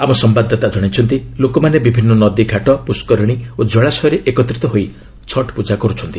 ଆମ ସମ୍ଭାଦଦାତା ଜଣାଇଛନ୍ତି ଲୋକମାନେ ବିଭିନ୍ନ ନଦୀଘାଟ ପୁଷ୍କରିଣୀ ଓ ଜଳାଶୟରେ ଏକତ୍ରିତ ହୋଇ ଛଟ୍ ପୂଜା କରୁଛନ୍ତି